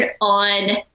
on